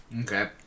Okay